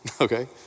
okay